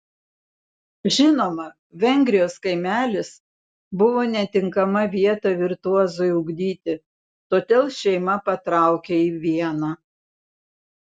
žinoma vengrijos kaimelis buvo netinkama vieta virtuozui ugdyti todėl šeima patraukė į vieną